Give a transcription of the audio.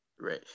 Right